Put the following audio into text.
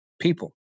people